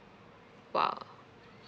!wah!